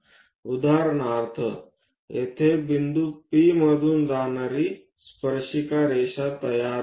उदाहरणार्थ आपण येथे बिंदू P मधून जाणारे स्पर्शिका रेषा तयार केली आहे